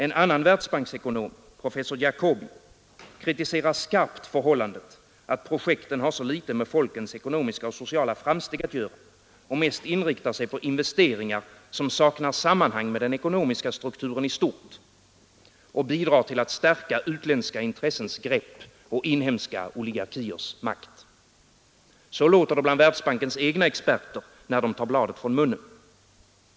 En annan världsbanksekonom, professor Jacoby, kritiserar skarpt förhållandet att projekten har så litet med folkens ekonomiska och sociala framsteg att göra och mest inriktar sig på investeringar, som saknar sammanhang med den ekonomiska strukturen i stort och bidrar till att stärka utländska intressens grepp och inhemska oligarkiers makt. Så låter det bland Världsbankens egna experter, när de tar bladet från munnen.